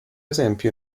esempio